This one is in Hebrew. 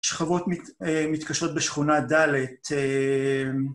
שכבות מתקשרות בשכונה ד'